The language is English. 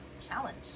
challenge